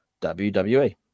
wwe